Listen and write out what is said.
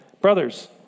Brothers